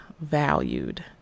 valued